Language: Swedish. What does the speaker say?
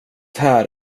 här